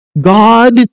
God